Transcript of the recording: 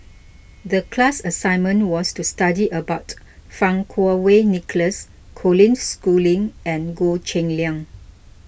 the class assignment was to study about Fang Kuo Wei Nicholas Colin Schooling and Goh Cheng Liang